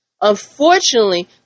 Unfortunately